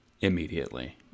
immediately